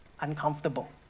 uncomfortable